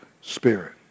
spirit